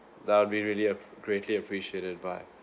that'll be really a greatly appreciated by